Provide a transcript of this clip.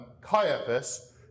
Caiaphas